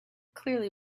clearly